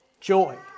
joy